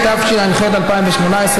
התשע"ח 2018,